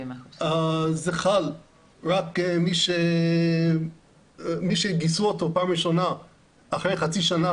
זה חל רק על מי שגייסו אותו פעם ראשונה אחרי חצי שנה,